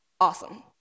awesome